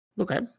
Okay